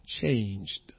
Changed